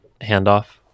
handoff